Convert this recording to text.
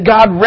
God